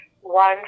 one